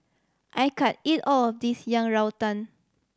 I can't eat all of this Yang Rou Tang